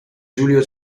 giulio